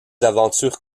aventures